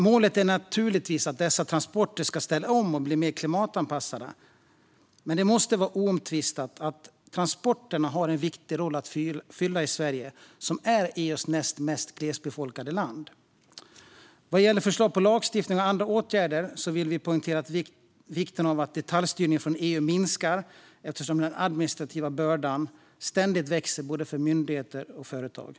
Målet är naturligtvis att dessa transporter ska ställa om och bli mer klimatanpassade, men det måste vara oomtvistat att transporterna har en viktig roll att fylla i Sverige, EU:s näst mest glesbefolkade land. Vad gäller förslag på lagstiftning och andra åtgärder vill vi poängtera vikten av att detaljstyrningen från EU minskar, eftersom den administrativa bördan ständigt växer för både myndigheter och företag.